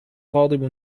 غاضب